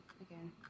again